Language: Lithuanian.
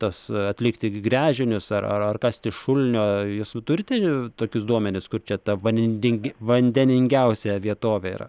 tas atlikti gręžinius ar ar kasti šulinio turite tokius duomenis kur čia ta vanindingi vandeningiausia vietovė yra